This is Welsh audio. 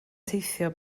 teithio